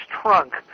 trunk